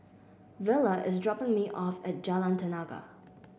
Vela is dropping me off at Jalan Tenaga